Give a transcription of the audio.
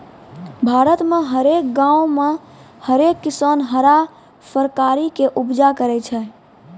भारत मे हरेक गांवो मे हरेक किसान हरा फरकारी के उपजा करै छै